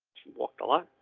walked a lot.